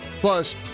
Plus